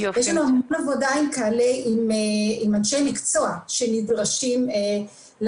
יש לנו המון עבודה עם אנשי מקצוע שנדרשים להרחיב